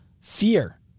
fear